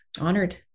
honored